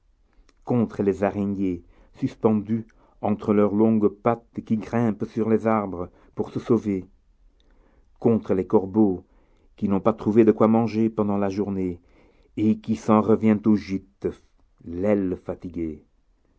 contre les araignées suspendues entre leurs longues pattes qui grimpent sur les arbres pour se sauver contre les corbeaux qui n'ont pas trouvé de quoi manger pendant la journée et qui s'en reviennent au gîte l'aile fatiguée